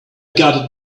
got